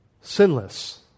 sinless